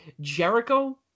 Jericho